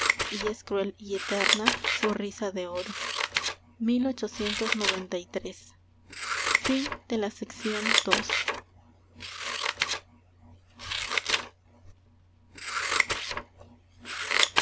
y es cruel y eterna su risa de oro